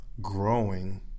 growing